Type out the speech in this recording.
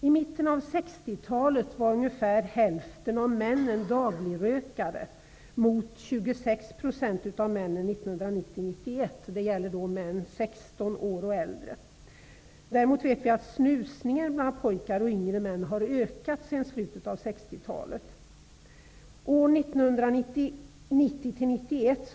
I mitten av 1960 1991. Däremot har snusningen bland pojkar och yngre män ökat sedan slutet av 1960-talet.